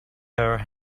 her